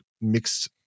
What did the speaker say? mixed